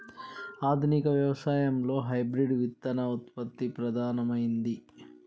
ఆధునిక వ్యవసాయం లో హైబ్రిడ్ విత్తన ఉత్పత్తి ప్రధానమైంది